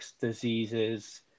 diseases